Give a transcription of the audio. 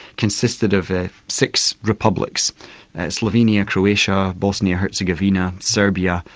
consisted of six republics slovenia, croatia, bosnia-herzegovina, serbia,